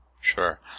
sure